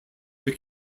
but